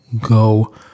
Go